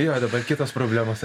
jo dabar kitos problemos